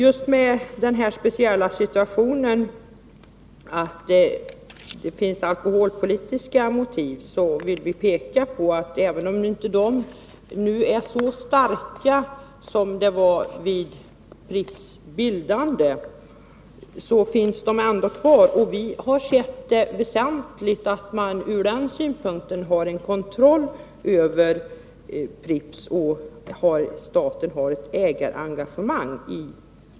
I den här speciella situationen, som även omfattar alkoholpolitiska motiv, vill jag peka på att även om de inte är så starka nu som de var vid Pripps bildande, finns de ändå kvar, och vi har sett det som väsentligt att man ur den synpunkten har en kontroll över Pripps och att staten har ett ägarengagemang.